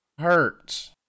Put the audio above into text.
hurts